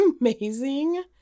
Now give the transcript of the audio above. amazing